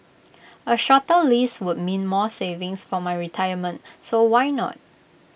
A shorter lease would mean more savings for my retirement so why not